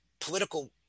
political